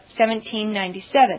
1797